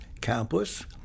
campus